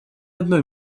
одной